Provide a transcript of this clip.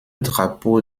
drapeau